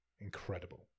incredible